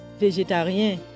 végétarien